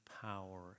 power